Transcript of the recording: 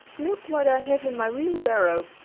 look what i have in my wheelbarrow!